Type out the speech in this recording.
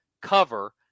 cover